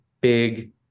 big